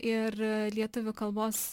ir lietuvių kalbos